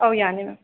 ꯑꯧ ꯌꯥꯅꯤ ꯃꯦꯝ